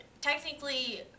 technically